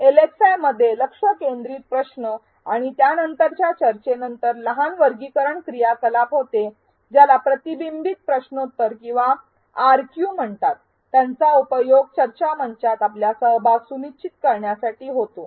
LXI मध्ये लक्ष केंद्रित प्रश्न आणि त्यानंतरच्या चर्चेनंतर लहान वर्गीकरण क्रियाकलाप होते ज्याला प्रतिबिंब प्रश्नोत्तर किंवा आरक्यू म्हणतात त्यांचा उपयोग चर्चामंचात आपला सहभाग सुनिश्चित करण्यासाठी होतो